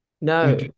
no